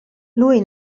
lui